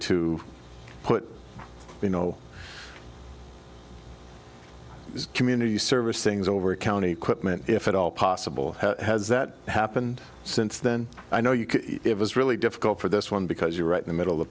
to put you know community service things over county quitman if at all possible has that happened since then i know you can it was really difficult for this one because you're right in the middle